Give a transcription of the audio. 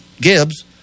Gibbs